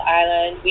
island